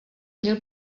měl